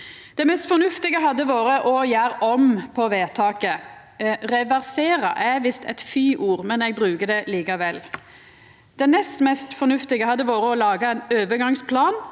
Det mest fornuftige hadde vore å gjera om vedtaket. «Reversera» er visst eit fy-ord, men eg bruker det likevel. Det nest mest fornuftige hadde vore å laga ein overgangsplan